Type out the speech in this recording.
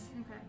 Okay